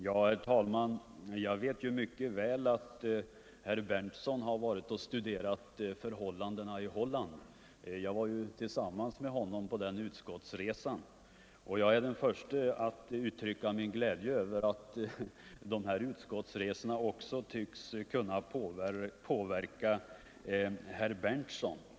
Herr talman! Jag vet mycket väl att herr Berndtson varit och studerat förhållandena i Holland. Jag var tillsammans med honom på den utskottsresan och är den förste att uttrycka min glädje över att dessa utskottsresor också tycks kunna påverka herr Berndtson.